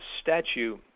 statue